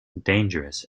dangerous